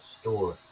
store